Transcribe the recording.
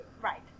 Right